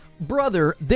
Brother